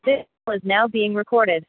now being recorded